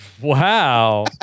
Wow